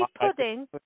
pudding